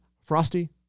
Frosty